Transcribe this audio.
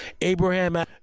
Abraham